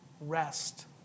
rest